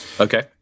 Okay